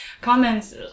comments